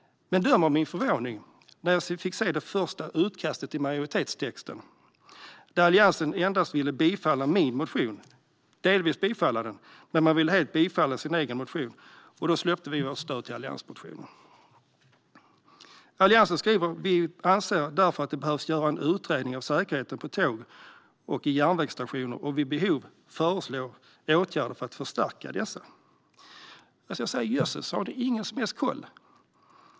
Men döm om min förvåning när jag fick se det första utkastet till majoritetstexten, där Alliansen endast delvis ville bifalla min motion men helt bifalla sin egen. Då släppte vi vårt stöd för alliansmotionen. Alliansen skriver: "Vi anser därför att det bör göras en utredning av säkerheten på tåg och järnvägsstationer och vid behov föreslå åtgärder för att förstärka denna." Jösses, har de ingen som helst koll?